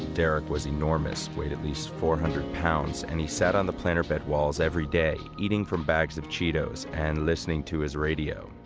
derek was enormous, weighed at least four hundred pounds, and he sat on the planter bed walls every day eating from bags of cheetos and listening to his radio.